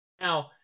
Now